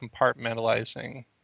compartmentalizing